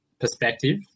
perspective